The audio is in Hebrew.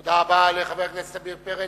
תודה רבה לחבר הכנסת עמיר פרץ.